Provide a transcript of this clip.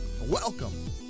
welcome